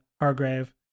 Hargrave